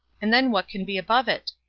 and then what can be above it?